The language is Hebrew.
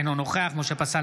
אינו נוכח משה פסל,